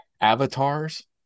avatars